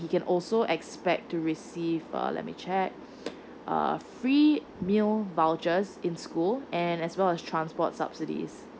he can also expect to receive ah let me check ah free meal vouchers in school and as well as transport subsidies